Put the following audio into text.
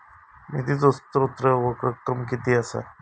निधीचो स्त्रोत व रक्कम कीती असा?